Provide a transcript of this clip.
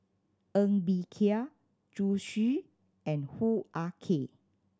Ng Bee Kia Zhu Xu and Hoo Ah Kay